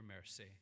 mercy